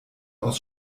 aus